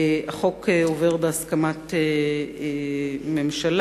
החוק עובר בהסכמת הממשלה,